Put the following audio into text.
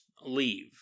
leave